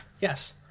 Yes